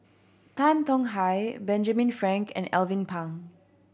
Tan Tong Hye Benjamin Frank and Alvin Pang